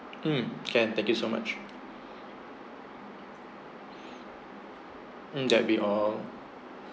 mm can thank you so much mm that will be all